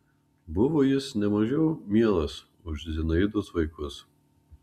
buvo jis ne mažiau mielas už zinaidos vaikus